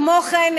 כמו כן,